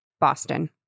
Boston